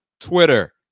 Twitter